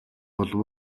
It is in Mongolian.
болов